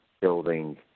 building